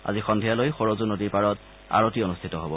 আজি সন্ধিয়ালৈ সৰযু নদীৰ পাৰত আৰতী অনুষ্ঠিত হব